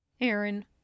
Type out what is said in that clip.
Aaron